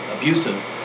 abusive